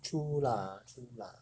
true lah true lah